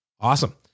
Awesome